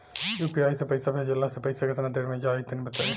UPI से पईसा भेजलाऽ से पईसा केतना देर मे जाई तनि बताई?